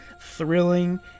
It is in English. thrilling